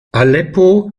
aleppo